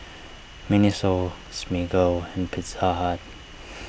Miniso Smiggle and Pizza Hut